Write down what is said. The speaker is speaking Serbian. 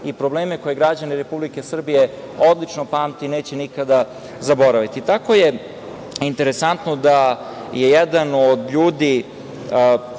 i probleme koje građani Republike Srbije odlično pamte i neće nikada zaboraviti. Jako je interesantno da je jedan od ljudi,